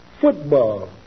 Football